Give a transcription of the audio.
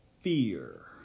fear